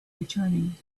returning